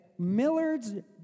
Millards